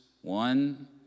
one